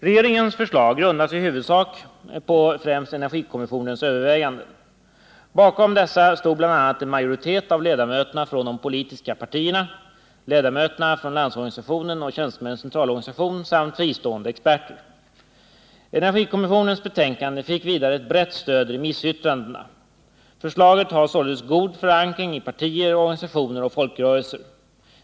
Regeringens förslag grundas i huvudsak på energikommissionens överväganden. Bakom dessa stod bl.a. en majoritet av ledamöterna från de politiska partierna, ledamöterna från LO och TCO samt fristående experter. Energikommissionens betänkande fick vidare ett brett stöd i remissyttrandena. Förslaget har således god förankring i partier, organisationer och folkrörelser.